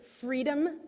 freedom